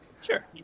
Sure